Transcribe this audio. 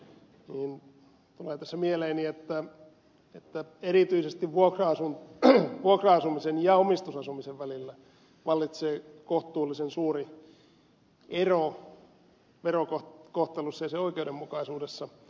heinäluoman puheenvuoroon tulee tässä mieleeni että erityisesti vuokra asumisen ja omistusasumisen välillä vallitsee kohtuullisen suuri ero verokohtelussa ja sen oikeudenmukaisuudessa